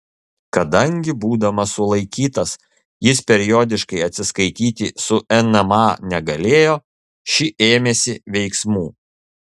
kadangi būdamas sulaikytas jis periodiškai atsiskaityti su nma negalėjo ši ėmėsi veiksmų